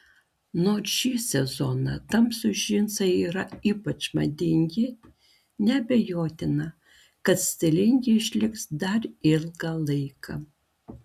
nors šį sezoną tamsūs džinsai yra ypač madingi neabejotina kad stilingi išliks dar ilgą laiką